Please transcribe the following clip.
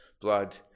blood